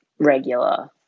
regular